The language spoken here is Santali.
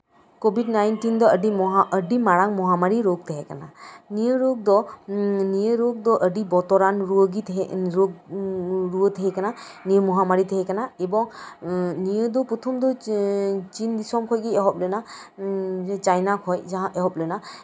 ᱠᱳᱵᱷᱤᱰ ᱱᱟᱭᱤᱱᱴᱤᱱ ᱫᱚ ᱟᱹᱰᱤ ᱢᱚᱦᱟ ᱟᱹᱰᱤ ᱢᱟᱨᱟᱝ ᱢᱚᱦᱟᱢᱟᱨᱤ ᱨᱳᱜ ᱛᱟᱦᱮᱸ ᱠᱟᱱᱟ ᱱᱤᱭᱟᱹ ᱨᱳᱜ ᱫᱚ ᱱᱤᱭᱟᱹ ᱨᱳᱜ ᱫᱚ ᱟᱹᱰᱤ ᱵᱚᱛᱨᱟᱱ ᱨᱩᱣᱟᱹ ᱛᱟᱦᱮᱸ ᱠᱟᱱᱟ ᱱᱤᱭᱟᱹ ᱢᱚᱦᱟᱢᱟᱨᱤ ᱛᱟᱦᱮᱸ ᱠᱟᱱᱟ ᱮᱵᱚᱝ ᱱᱤᱭᱟᱹ ᱫᱚ ᱯᱨᱚᱛᱷᱚᱢ ᱫᱚ ᱪᱤᱱ ᱫᱤᱥᱚᱢ ᱠᱷᱚᱱᱜᱮ ᱮᱦᱚᱵ ᱞᱮᱱᱟ ᱪᱟᱭᱱᱟ ᱠᱷᱚᱱ ᱡᱟᱦᱟᱸ ᱮᱦᱚᱵ ᱞᱮᱱᱟ